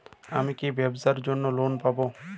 আমি কি ব্যবসার জন্য লোন পাব?